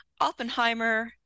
Oppenheimer